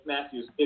Matthews